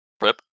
Rip